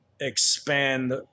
expand